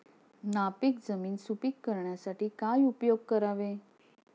नापीक जमीन सुपीक करण्यासाठी काय उपयोग करावे?